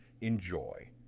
Enjoy